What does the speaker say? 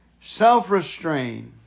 Self-restraint